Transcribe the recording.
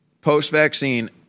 post-vaccine